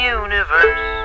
universe